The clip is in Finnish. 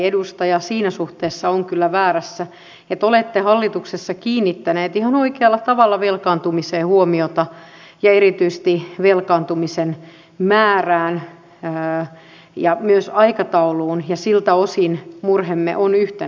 edustaja siinä suhteessa on kyllä väärässä että olette hallituksessa kiinnittäneet ihan oikealla tavalla velkaantumiseen huomiota ja erityisesti velkaantumisen määrään ja myös aikatauluun ja siltä osin murheemme on yhtenäinen